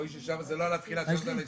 לא.